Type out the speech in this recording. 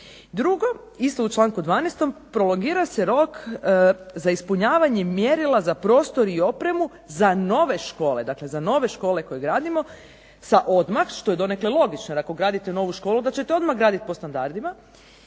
Drugo, u članku 12. prolongira se rok za ispunjavanje mjerila za prostor i opremu za nove škole, za nove škole koje gradimo sada odmah, to je logično ako gradimo nove škole da ćete odmah graditi po standardima,